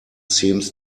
seems